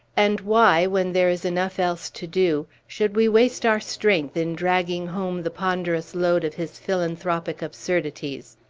and why, when there is enough else to do, should we waste our strength in dragging home the ponderous load of his philanthropic absurdities?